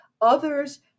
Others